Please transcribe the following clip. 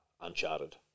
Uncharted